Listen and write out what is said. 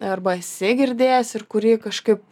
arba esi girdėjęs ir kurį kažkaip